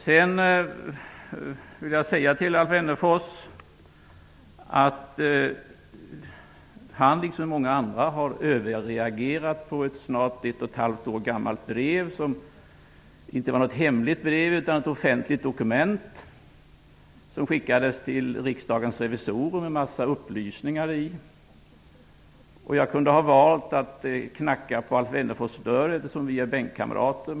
Jag vill sedan till Alf Wennerfors säga att han liksom många andra har överreagerat på ett brev som snart är ett och ett halvt år gammalt. Det var inte något hemligt med det brevet, utan det var ett offentligt dokument som skickades till Riksdagens revisorer och som innehöll upplysningar. Jag kunde ha valt att knacka på Alf Wennerfors dörr, eftersom vi är bänkkamrater.